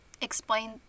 explain